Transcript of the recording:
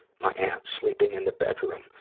my aunt sleeping in the bedroom,